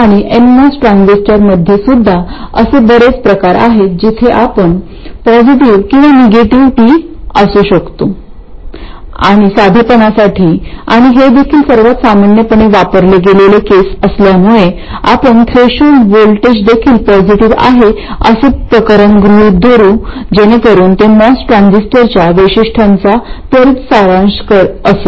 आणि एनमॉस ट्रान्झिस्टरमध्येसुद्धा असे बरेच प्रकार आहेत जिथे आपणास पॉसिटिव किंवा निगेटिव्ह T असू शकतो आणि साधेपणासाठी आणि हे देखील सर्वात सामान्यपणे वापरले गेलेले केस असल्यामुळे आपण थ्रेशोल्ड व्होल्टेज देखील पॉसिटिव आहे असे प्रकरण गृहित धरू जेणेकरून ते मॉस ट्रान्झिस्टरच्या वैशिष्ट्यांचा त्वरित सारांश असेल